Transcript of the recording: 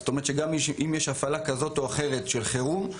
זאת אומרת שגם אם יש הפעלה כזו או אחרת של חירום,